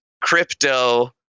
crypto